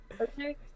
Okay